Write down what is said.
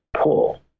pull